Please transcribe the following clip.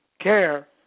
care